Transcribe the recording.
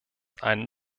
einen